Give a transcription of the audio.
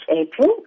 April